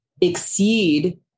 exceed